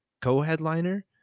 co-headliner